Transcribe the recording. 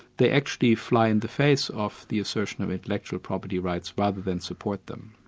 they actually fly in the face of the assertion of intellectual property rights, rather than support them.